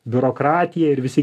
biurokratija ir visi